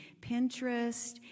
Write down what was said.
Pinterest